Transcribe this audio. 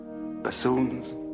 Bassoons